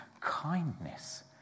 kindness